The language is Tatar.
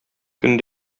көн